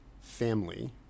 family